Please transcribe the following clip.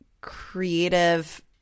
creative